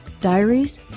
diaries